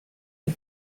and